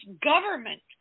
government